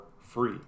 free